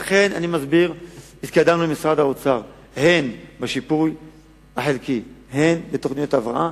לכן התקדמנו עם משרד האוצר הן עם השיפוי החלקי והן בתוכניות ההבראה.